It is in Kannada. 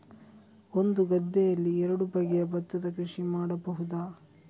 ಒಂದು ಗದ್ದೆಯಲ್ಲಿ ಎರಡು ಬಗೆಯ ಭತ್ತದ ಕೃಷಿ ಮಾಡಬಹುದಾ?